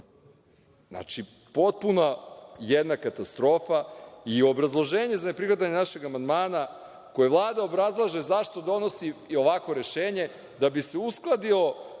odlučivanje. Potpuna jedna katastrofa i obrazloženje za ne prihvatanje našeg amandmana, koje Vlada obrazlaže zašto donosi ovakvo rešenje da bi se uskladio